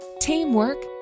teamwork